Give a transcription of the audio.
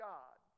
God